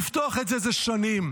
לפתוח אותו זה שנים.